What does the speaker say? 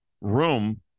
room